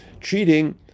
cheating